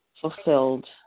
fulfilled